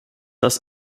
das